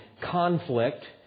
conflict